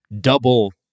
double